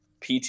PT